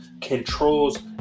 controls